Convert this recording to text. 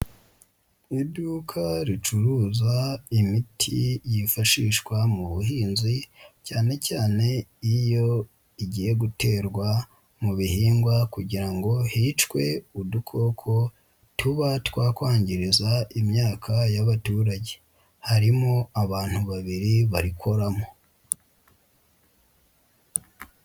Iduka ricuruza imiti yifashishwa mu buhinzi cyane cyane iyo igiye guterwa mu bihingwa kugira ngo hicwe udukoko tuba twakwangiza imyaka y'abaturage, harimo abantu babiri barikoramo.